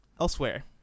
elsewhere